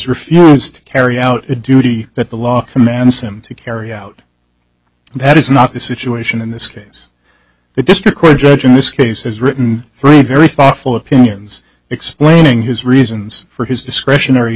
refused to carry out the duty that the law commands him to carry out that is not the situation in this case the district court judge in this case has written three very thoughtful opinions explaining his reasons for his discretionary